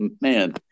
man